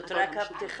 זאת רק הפתיחה.